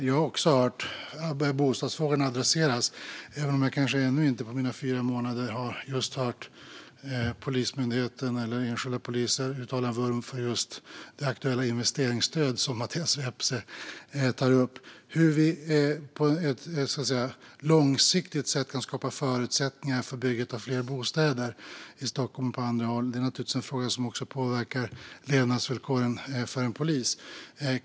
Jag har också hört bostadsfrågan adresseras, även om jag kanske ännu inte på mina fyra månader har hört just Polismyndigheten eller enskilda poliser uttala någon vurm för det investeringsstöd som Mattias Vepsä tog upp. Hur man på ett långsiktigt sätt kan skapa förutsättningar för byggandet av fler bostäder i Stockholm och på andra håll är naturligtvis en fråga som också påverkar levnadsvillkoren för en polis.